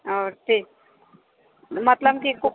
आओर ठीक मतलब कि